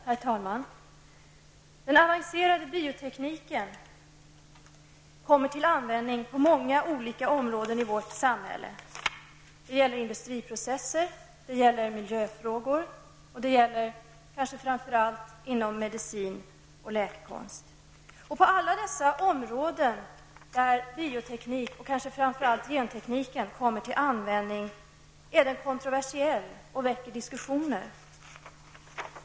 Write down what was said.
Herr talman! Den avancerade biotekniken kommer till användning på många olika områden i vårt samhälle: industriprocesser, miljöfrågor och, framför allt, medicin och läkekonst. På alla dessa områden där bioteknik och framför allt genteknik kommer till användning, är den kontroversiell och ger upphov till diskussioner.